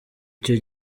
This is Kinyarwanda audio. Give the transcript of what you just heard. icyo